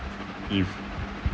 if